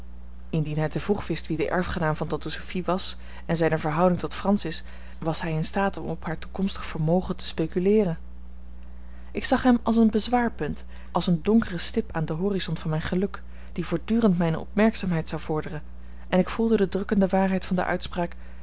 hij te vroeg wist wie de erfgenaam van tante sophie was en zijne verhouding tot francis was hij in staat om op haar toekomstig vermogen te speculeeren ik zag hem als een bezwaarpunt als een donkeren stip aan den horizont van mijn geluk die voortdurend mijne opmerkzaamheid zou vorderen en ik voelde de drukkende waarheid van de uitspraak